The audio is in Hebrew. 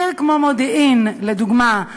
עיר כמו מודיעין, לדוגמה,